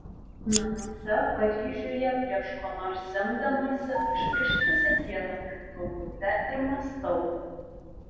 namuose paryžiuje prieš ko nors imdamasi aš ištisą dieną kiūtau bute ir mąstau